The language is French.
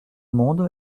monde